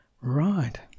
Right